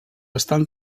estan